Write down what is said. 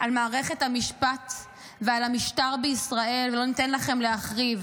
על מערכת המשפט ועל המשטר בישראל ולא ניתן לכם להחריב.